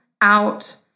out